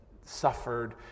suffered